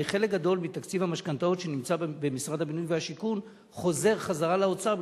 הרי חלק גדול מתקציב המשכנתאות שנמצא במשרד הבינוי והשיכון חוזר לאוצר,